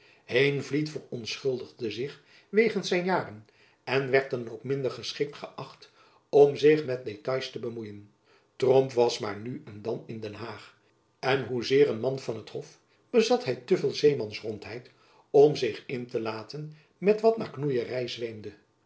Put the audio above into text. heenvliet verontschuldigde zich wegens zijn jaren en werd dan ook minder geschikt geacht om zich met details te bemoeien tromp was maar nu en dan in den haag en hoezeer een man van t hof bezat hy te veel zeemansrondheid om zich in te laten met wat naar knoeiery